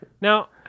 Now